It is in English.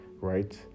right